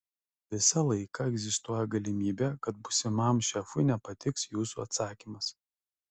visą laiką egzistuoja galimybė kad būsimam šefui nepatiks jūsų atsakymas